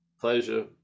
Pleasure